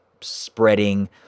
spreading